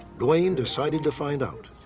dwayne decided to find out.